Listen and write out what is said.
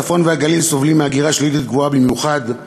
הצפון והגליל סובלים מהגירה שלילית גבוהה במיוחד.